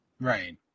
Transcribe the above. Right